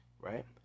right